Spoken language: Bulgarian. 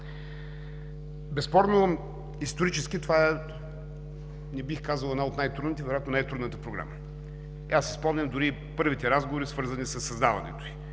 Безспорно исторически това е, не бих казал една от най-трудните, а вероятно най-трудната програма. Спомням си дори първите разговори, свързани със създаването й.